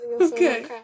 Okay